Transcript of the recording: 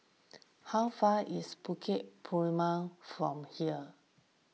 how far is Bukit Purmei from here